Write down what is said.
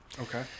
Okay